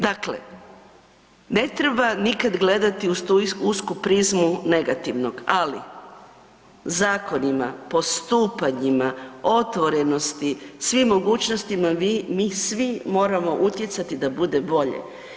Dakle, ne treba nikada gledati uz tu usku prizmu negativnog, ali zakonima, postupanjima, otvorenosti, svim mogućnostima vi, mi svi moramo utjecati da bude bolje.